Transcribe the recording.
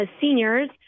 seniors